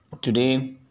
today